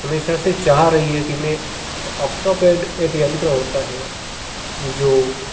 हमेशा से चाह रही है कि मैं एक ऑक्टो पैड एक यंत्र होता है जो